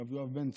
הרב יואב בן צור,